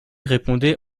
répondait